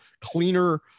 cleaner